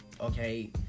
okay